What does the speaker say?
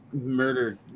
murder